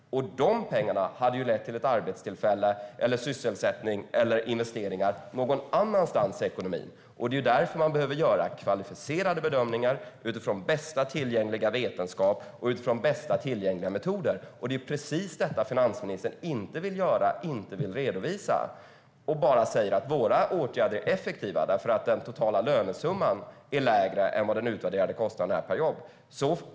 Dessa pengar hade kunnat leda till ett arbete, till sysselsättning eller investeringar någon annanstans i ekonomin. Därför behöver man göra kvalificerade bedömningar utifrån bästa tillgängliga vetenskap och utifrån bästa tillgängliga metoder. Det är precis detta finansministern inte vill göra och inte vill redovisa. Hon säger bara att regeringens åtgärder är effektiva eftersom den totala lönesumman är lägre än den utvärderade kostnaden är per jobb.